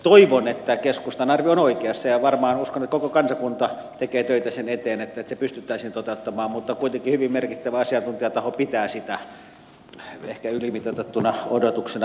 toivon että keskustan arvio on oikeassa ja uskon että koko kansakunta tekee töitä sen eteen että se pystyttäisiin toteuttamaan mutta kuitenkin hyvin merkittävä asiatuntijataho pitää sitä ehkä ylimitoitettuna odotuksena